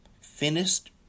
finished